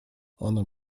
ona